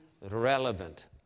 relevant